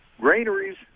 granaries